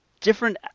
different